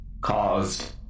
caused